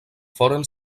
foren